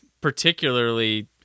particularly